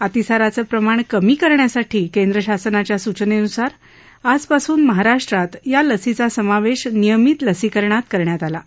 अतिसाराचं प्रमाण कमी करण्यासाठी केंद्र शासनाच्या सूचनेनुसार आज पासून महाराष्ट्रात या लसीचा समावेश नियमीत लसीकरणात करण्यात आला आहे